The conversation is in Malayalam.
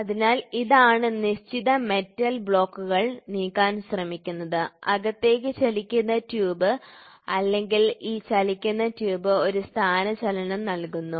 അതിനാൽ ഇതാണ് നിശ്ചിത മെറ്റൽ ബ്ലോക്കുകൾ നീക്കാൻ ശ്രമിക്കുന്നത് അകത്തേക്ക് ചലിക്കുന്ന ട്യൂബ് അല്ലെങ്കിൽ ഈ ചലിക്കുന്ന ട്യൂബ് ഒരു സ്ഥാനചലനം നൽകുന്നു